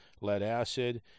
lead-acid